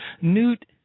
Newt